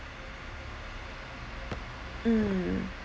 mm